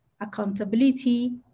accountability